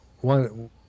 one